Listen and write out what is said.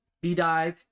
B-dive